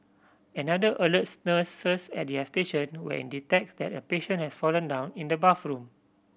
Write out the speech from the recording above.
another alerts nurses at their station when it detects that a patient has fallen down in the bathroom